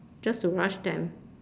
just to rush them